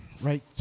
Right